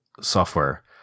software